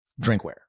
drinkware